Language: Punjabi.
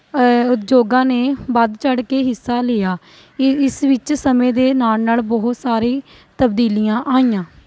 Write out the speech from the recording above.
ਉਦਯੋਗਾਂ ਨੇ ਵੱਧ ਚੜ੍ਹ ਕੇ ਹਿੱਸਾ ਲਿਆ ਈ ਇਸ ਵਿੱਚ ਸਮੇਂ ਦੇ ਨਾਲ ਨਾਲ ਬਹੁਤ ਸਾਰੀ ਤਬਦੀਲੀਆਂ ਆਈਆਂ